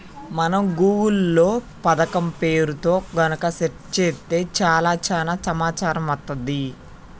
మనం గూగుల్ లో పథకం పేరుతో గనక సెర్చ్ చేత్తే చాలు చానా సమాచారం వత్తది